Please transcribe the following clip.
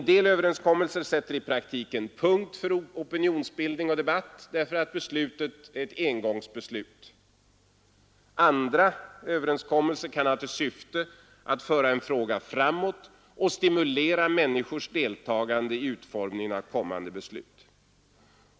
En del överenskommelser sätter i praktiken punkt för opinionsbildning och debatt, eftersom beslutet är ett engångsbeslut andra överenskommelser kan ha till syfte att föra en fråga framåt och stimulera människors deltagande i utformningen av kommande beslut.